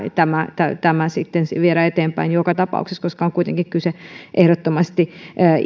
tämä tämä sitten viedä eteenpäin joka tapauksessa koska on kuitenkin kyse ehdottomasti